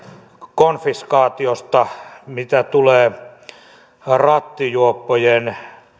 konfiskaatiosta mitä tulee rattijuoppojen